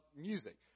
music